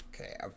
Okay